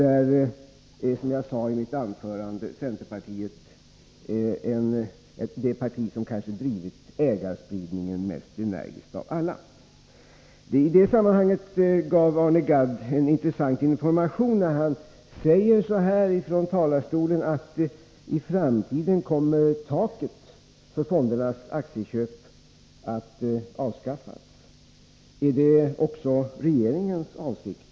Där är, som jag sade i mitt anförande, centerpartiet det parti som kanske mest energiskt av alla har drivit frågan om ägarspridning. Arne Gadd kom med intressant information när han från talarstolen sade att taket för fondernas aktieköp i framtiden kommer att avskaffas. Är detta också regeringens avsikt?